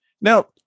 Now